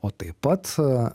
o taip pat